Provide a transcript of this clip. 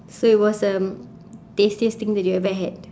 so it was um tastiest thing that you ever had